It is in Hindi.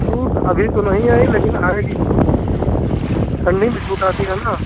छूट अभी तो नहीं आई लेकिन आएगी छूट ठंडी मे छूट आती है छूट ना